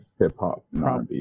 hip-hop